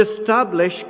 establish